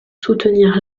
soutenir